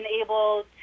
able